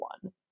one